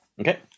Okay